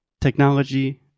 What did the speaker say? technology